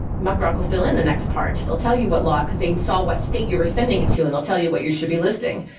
muckrock will fill in the next part. they'll tell you what law cause they saw what state you were sending it to and they'll tell you what you should be listing.